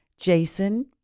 Jason